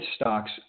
stocks